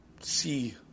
see